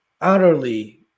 utterly